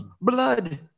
blood